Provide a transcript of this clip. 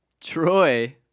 Troy